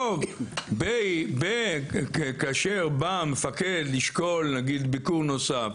לכתוב שכאשר בא המפקד לשקול ביקור נוסף,